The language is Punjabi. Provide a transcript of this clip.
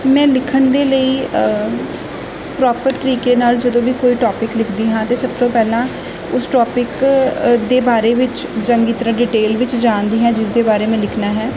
ਮੈਂ ਲਿਖਣ ਦੇ ਲਈ ਪ੍ਰੋਪਰ ਤਰੀਕੇ ਨਾਲ ਜਦੋਂ ਵੀ ਕੋਈ ਟੋਪਿਕ ਲਿਖਦੀ ਹਾਂ ਅਤੇ ਸਭ ਤੋਂ ਪਹਿਲਾਂ ਉਸ ਟੋਪਿਕ ਦੇ ਬਾਰੇ ਵਿੱਚ ਚੰਗੀ ਤਰ੍ਹਾਂ ਡਿਟੇਲ ਵਿੱਚ ਜਾਣਦੀ ਹਾਂ ਜਿਸ ਦੇ ਬਾਰੇ ਮੈਂ ਲਿਖਣਾ ਹੈ